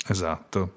Esatto